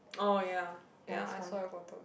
oh ya ya I saw your photos